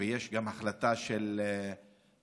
ויש גם החלטה של מח"ש